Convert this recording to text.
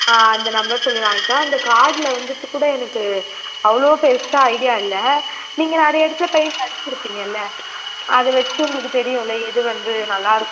ஆ அந்த நம்பர் சொல்லி வாங்கிக்கலாம் அந்த கார்டில் வந்துட்டு கூட எனக்கு அவ்வளோ பெருசாக ஐடியா இல்லை நீங்கள் நிறையா இடத்துல பெயிண்ட் அடித்திருப்பீங்கள்ல அதை வைச்சி உங்களுக்கு தெரியும்ல எது வந்து நல்லா இருக்கும்